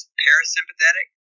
parasympathetic